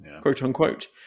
quote-unquote